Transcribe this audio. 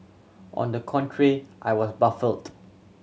on the contrary I was baffled